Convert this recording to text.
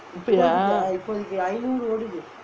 இப்போயா:ippoyaa